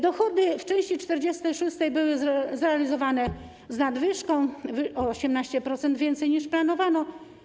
Dochody w części 46 były zrealizowane z nadwyżką o 18% większą, niż planowano.